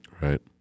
Right